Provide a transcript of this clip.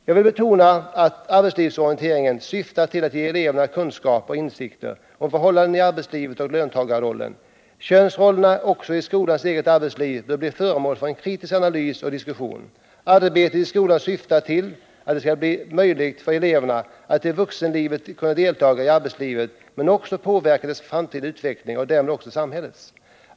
Jag vill betona att arbetslivsorienteringen syftar till att ge eleverna kunskaper och insikter om förhållandena i arbetslivet och om löntagarrollen. Könsrollerna — också i skolans eget arbetsliv — bör bli föremål för kritisk analys och diskussion. Arbetet i skolan skall syfta till att det skall bli möjligt för eleverna att i vuxenlivet delta i arbetslivet men också till att påverka deras framtida utveckling och därmed också samhällets.